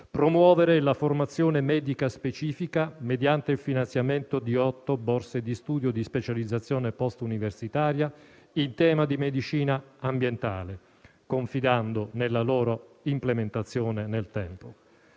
promuovere la formazione medica specifica mediante il finanziamento di otto borse di studio di specializzazione post-universitaria in tema di medicina ambientale confidando nella loro implementazione nel tempo.